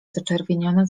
zaczerwieniona